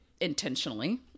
intentionally